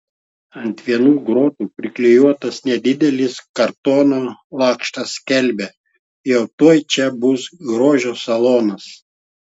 ant vienų grotų priklijuotas nedidelis kartono lakštas skelbia jau tuoj čia bus grožio salonas